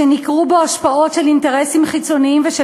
שניכרו בו השפעות של אינטרסים חיצוניים ושל